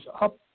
up